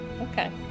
Okay